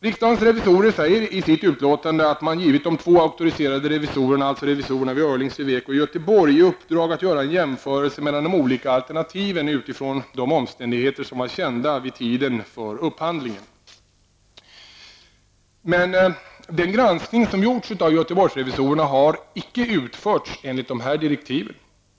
Riksdagens revisorer säger i sitt utlåtande att man givit de två auktoriserade revisorerna, alltså revisorerna vid Öhrlings Reveko i Göteborg, i uppdrag att göra en jämförelse mellan de olika alternativen utifrån de omständigheter som var kända vid tiden för upphandlingen. Den granskning som gjorts av Göteborgsrevisorerna har emellertid inte utförts enligt dessa direktiv.